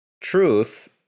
truth